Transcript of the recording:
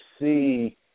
see –